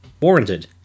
warranted